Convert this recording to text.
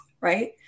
right